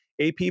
AP